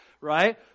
Right